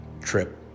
trip